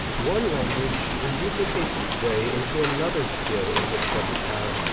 one language reduplicates its way into another skill english doesn't have.